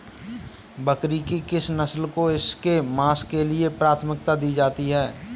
बकरी की किस नस्ल को इसके मांस के लिए प्राथमिकता दी जाती है?